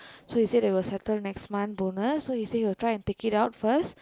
so he said they will settle next month bonus so he say he will try to pick it out first